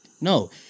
no